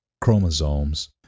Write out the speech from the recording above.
chromosomes